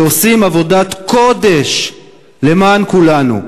שעושים עבודת קודש למען כולנו.